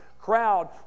crowd